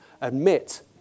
Admit